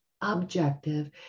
objective